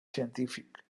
científic